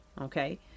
Okay